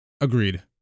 Agreed